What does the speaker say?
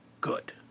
good